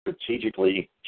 strategically